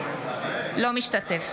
אינו משתתף